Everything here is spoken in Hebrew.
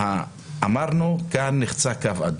אמרנו, נחצה קו אדום.